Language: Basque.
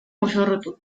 mozorrotu